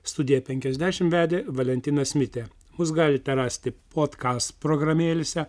studiją penkiasdešim vedė valentinas mitė mus galite rasti podkas programėlėse